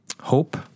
hope